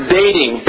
dating